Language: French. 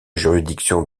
juridiction